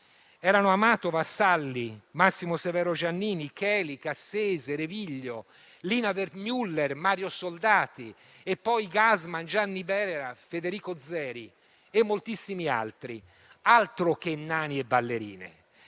erano Amato, Vassalli, Massimo Severo Giannini, Cheli, Cassese, Reviglio, Lina Wertmüller, Mario Soldati e, poi, Gassman, Gianni Brera, Federico Zeri e moltissimi altri. Altro che nani e ballerine!